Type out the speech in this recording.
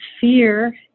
fear